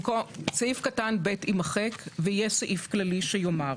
סעיף (ב) יימחק ויהיה סעיף כללי שיאמר: